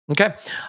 Okay